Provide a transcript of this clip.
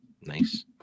Nice